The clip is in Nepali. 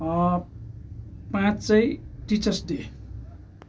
पाँच चाहिँ टिचर्स डे